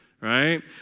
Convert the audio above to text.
right